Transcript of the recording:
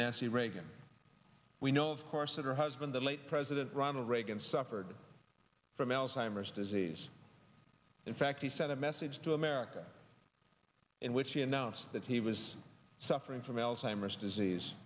nancy reagan we know of course that her husband the late president ronald reagan suffered from alzheimer's disease in fact he sent a message to america in which he announced that he was suffering from alzheimer's disease